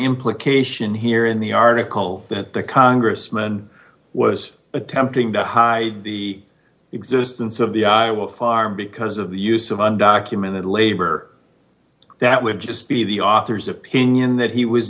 implication here in the article that the congressman was attempting to hide the existence of the iowa farm because of the use of on documented labor that would just be the author's opinion that he was